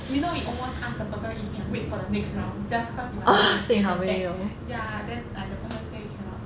you know it almost ask the person if can wait for the next round just cause we want to sit at the back ya then like the person said cannot